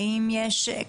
האם יש,